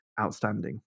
outstanding